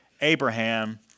Abraham